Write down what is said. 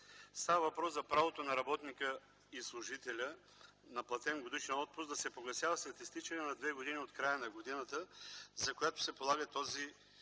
Става въпрос за следното: правото на работника и служителя на платен годишен отпуск да се погасява след изтичане на две години от края на годината, за която се полага този